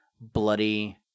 bloody